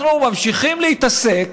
אנחנו ממשיכים להתעסק